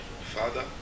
Father